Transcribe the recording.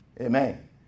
Amen